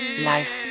Life